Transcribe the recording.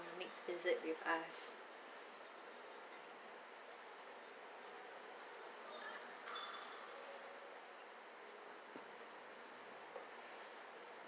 your next visit with us